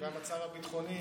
והמצב הביטחוני.